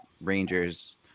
Rangers